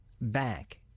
back